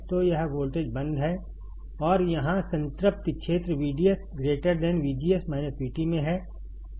तो यह वोल्टेज बंद है और यहाँ संतृप्ति क्षेत्र VDS VGS VT में है